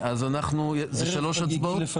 זה שלוש הצבעות?